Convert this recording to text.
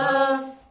Love